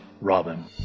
Robin